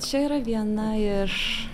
čia yra viena iš